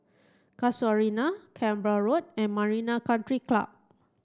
Casuarina Canberra Road and Marina Country Club